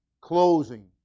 closing